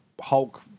Hulk